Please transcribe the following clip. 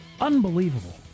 Unbelievable